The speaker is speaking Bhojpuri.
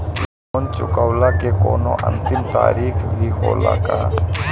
लोन चुकवले के कौनो अंतिम तारीख भी होला का?